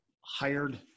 hired